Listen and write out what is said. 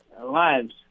lives